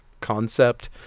concept